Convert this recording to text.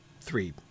three